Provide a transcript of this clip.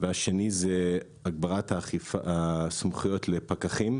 והשני הגברת הסמכויות לפקחים.